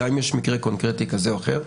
גם אם יש מקרה קונקרטי כזה או אחר,